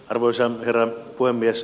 arvoisa herra puhemies